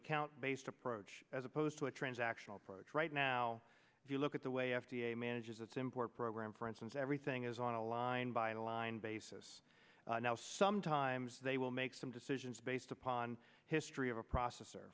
account based approach as opposed to a transactional right now if you look at the way f d a manages its import program for instance everything is on a line by line basis now sometimes they will make some decisions based upon history of a processor